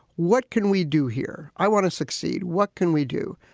what can we do here? i want to succeed. what can we do?